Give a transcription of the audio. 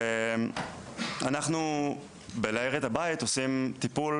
אנחנו ב-להאיר את הבית עושים טיפול